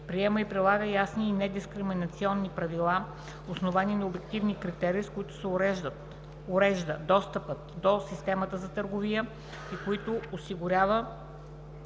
приема и прилага ясни и недискриминационни правила, основани на обективни критерии, с които се урежда достъпът до системата за търговия и които осигурява